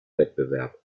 wettbewerb